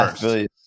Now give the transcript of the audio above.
first